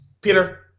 Peter